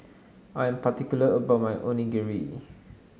I'm particular about my Onigiri